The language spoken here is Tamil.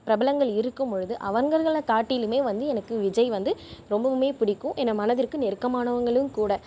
பிரபலங்கள் இருக்கும்பொழுது அவங்களை காட்டிலும் வந்து எனக்கு விஜய் வந்து ரொம்பவும் பிடிக்கும் என்ன மனதிற்கு நெருக்கமானவங்களும் கூட